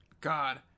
God